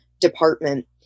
department